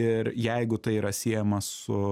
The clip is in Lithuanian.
ir jeigu tai yra siejama su